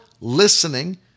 listening